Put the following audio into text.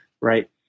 right